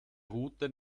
route